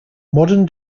modern